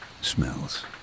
smells